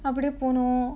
அப்படி போனு:appadi ponu